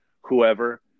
whoever